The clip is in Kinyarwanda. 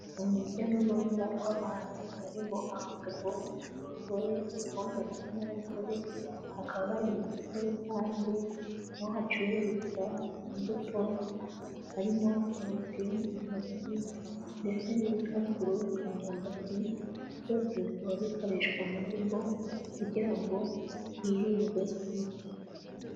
Urujya n'uruza rw'abantu barimo abagabo, abagore, abakobwa ndetse n'abasore, bakaba bari mu isoko rusange aho hacururizwa imbuto, harimo karoti, intoryi ndetse n'ibitunguru, imyumbati, byose bikaba bikoreshwa mu rugo kugira ngo hirindwe inzara.